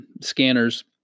scanners